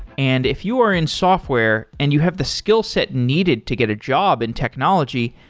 and if you are in software and you have the skillset needed to get a job in technology,